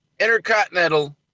intercontinental